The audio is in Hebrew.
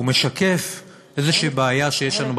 משקף איזושהי בעיה שיש לנו,